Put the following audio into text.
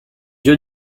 yeux